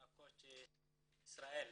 נקוצ' ישראל,